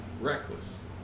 reckless